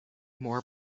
more